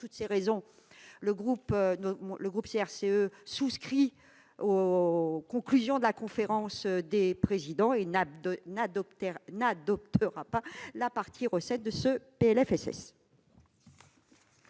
Pour toutes ces raisons, le groupe CRCE souscrit aux conclusions de la conférence des présidents et n'adoptera pas la partie relative aux recettes de ce PLFSS.